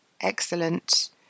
excellent